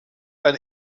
ein